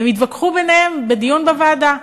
הם התווכחו ביניהם בדיון בוועדה,